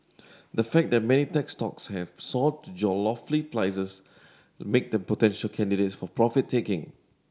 the fact that many tech stocks have soared to lofty prices make them potential candidates for profit taking